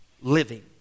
living